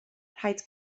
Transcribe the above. rhaid